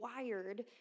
wired